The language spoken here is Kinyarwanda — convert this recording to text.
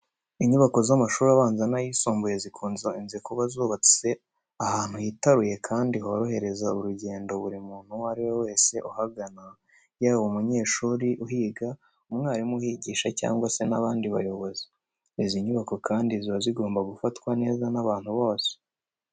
Inyubako z'amashuri abanza n'ayisumbuye zikunze kuba zubatse ahantu hitaruye kandi horohereza urugendo buri muntu uwo ari we wese uhagana, yaba umunyeshuri uhiga, umwarimu uhigisha cyangwa se n'abandi bayobozi. Izi nyubako kandi ziba zigomba gufatwa neza n'abantu bose.